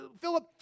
Philip